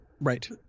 Right